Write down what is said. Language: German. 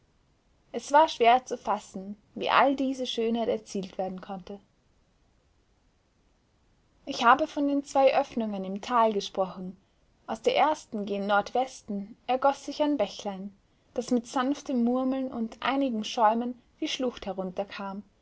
es war schwer zu fassen wie all diese schönheit erzielt werden konnte ich habe von den zwei öffnungen im tal gesprochen aus der ersten gen nordwesten ergoß sich ein bächlein das mit sanftem murmeln und einigem schäumen die schlucht herunterkam